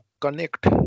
connect